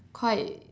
quite